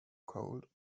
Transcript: cold